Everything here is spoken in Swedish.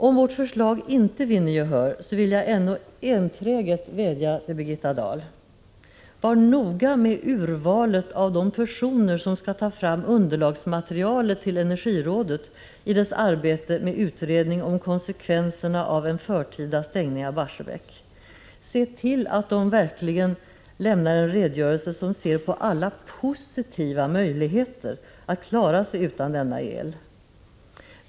Om vårt förslag inte vinner gehör vill jag ändå enträget vädja till Birgitta Dahl: Var noga med urvalet av de personer som skall ta fram underlagsmaterialet till Energirådet i dess arbete med utredningen om konsekvenserna av en förtida avstängning av Barsebäck. Se till att de verkligen lämnar en redogörelse som belyser alla positiva möjligheter att klara sig utan denna el.